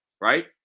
right